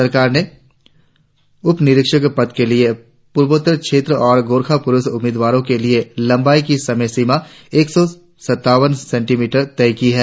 सरकार ने उपनिरीक्षक पद के लिए पूर्वोत्तर क्षेत्र और गोरखा पुरुष उम्मीदवारों के लिए लंबाई की सीमा एक सौ सत्तावन सेंटिमीटर तय की है